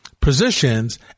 positions